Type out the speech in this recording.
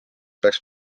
peaks